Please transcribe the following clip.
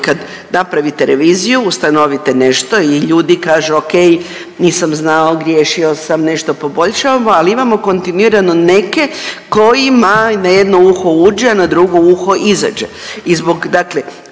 kad napravite reviziju, ustanovite nešto i ljudi kažu okej nisam znao, griješio sam, nešto poboljšao, ali imamo kontinuirano neke kojima na jedno uho uđe, a na drugo uho izađe